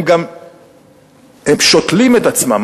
הם גם שותלים את עצמם,